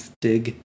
dig